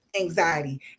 anxiety